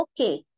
okay